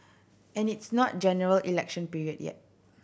and it's not General Election period yet